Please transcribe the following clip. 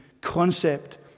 concept